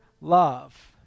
love